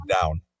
down